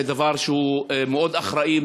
זה דבר שהוא מאוד אחראי,